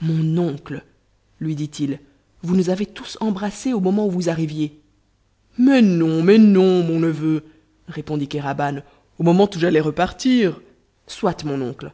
mon oncle lui dit-il vous nous avez tous embrassés au moment où vous arriviez mais non mais non mon neveu répondit kéraban au moment où j'allais repartir soit mon oncle